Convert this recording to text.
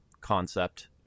concept